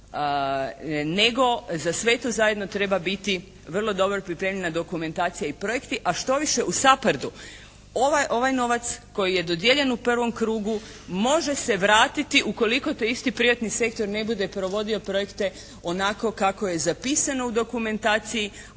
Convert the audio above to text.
nego za sve to zajedno treba biti vrlo dobro pripremljena dokumentacija i projekti a štoviše u SAPARD-u ovaj novac koji je dodijeljen u prvom krugu može se vratiti ukoliko taj isti privatni sektor ne bude provodio projekte onako kako je zapisano u dokumentaciji